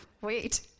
wait